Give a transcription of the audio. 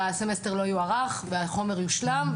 יו"ר אגודת הסטודנטים,